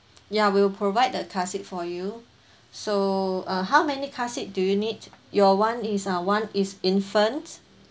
ya we'll provide the car seat for you so uh how many car seat do you need your [one] is uh one is infant